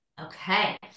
Okay